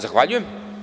Zahvaljujem.